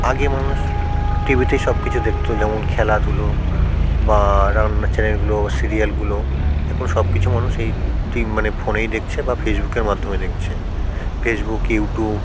আগে মানুষ টিভিতেই সব কিছু দেখতো যেমন খেলাধুলো বা রান্নার চ্যানেলগুলো সিরিয়ালগুলো এখন সব কিছু মানুষ এই ঠিক মানে ফোনেই দেখছে বা ফেসবুকের মাধ্যমে দেকছে ফেসবুক ইউট্যুব